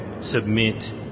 submit